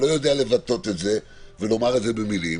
לא יודע לבטא את זה ולומר את זה במילים.